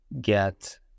get